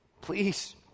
please